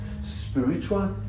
spiritual